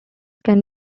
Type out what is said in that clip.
can